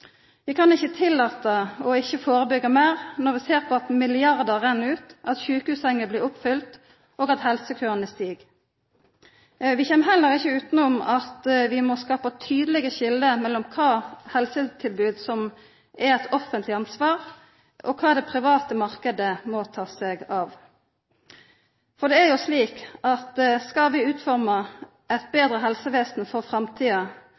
Vi kan ikkje tillata oss ikkje å førebyggja meir når vi ser på at milliardar renn ut, at sjukehussenger blir fylte opp, og at helsekøane stig. Vi kjem heller ikkje utanom at vi må skapa tydelege skilje mellom kva for helsetilbod som er eit offentleg ansvar, og kva den private marknaden må ta seg av. Skal vi utforma eit betre helsevesen for framtida,